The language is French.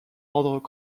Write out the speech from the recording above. ordre